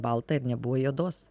baltą ir nebuvo juodos